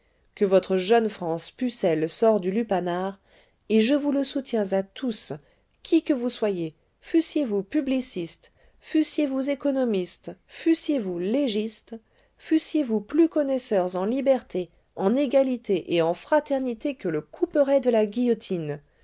que votre jeune france pucelle sort du lupanar et je vous le soutiens à tous qui que vous soyez fussiez-vous publicistes fussiez-vous économistes fussiez-vous légistes fussiez-vous plus connaisseurs en liberté en égalité et en fraternité que le couperet de la guillotine